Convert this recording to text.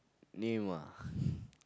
name ah